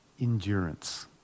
endurance